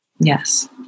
Yes